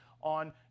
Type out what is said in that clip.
on